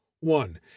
one